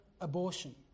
abortion